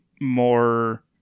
more